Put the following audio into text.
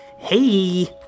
Hey